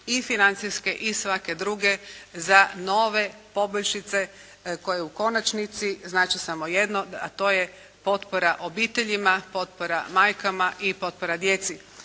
i financijske i svake druge za nove poboljšice u konačnici znače samo jedno a to je potpora obiteljima, potpora majkama i potpora djeci.